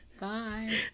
Bye